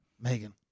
Megan